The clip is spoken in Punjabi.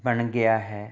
ਬਣ ਗਿਆ ਹੈ